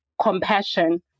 compassion